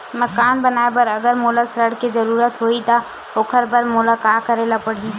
मकान बनाये बर अगर मोला ऋण के जरूरत होही त ओखर बर मोला का करे ल पड़हि?